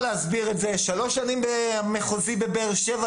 להסביר את זה ושלוש שנים במחוזי בבאר שבע,